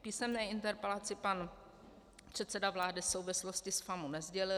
V písemné interpelaci pan předseda vlády souvislosti s FAMU nesdělil.